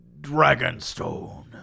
Dragonstone